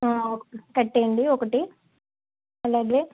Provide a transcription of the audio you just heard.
కట్టేయండి ఒకటి అలాగే